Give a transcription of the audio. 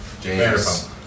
James